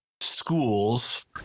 schools